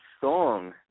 song